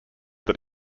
that